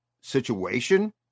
situation